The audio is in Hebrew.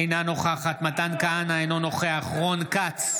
אינה נוכחת מתן כהנא, אינו נוכח רון כץ,